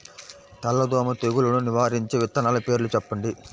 తెల్లదోమ తెగులును నివారించే విత్తనాల పేర్లు చెప్పండి?